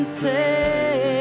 say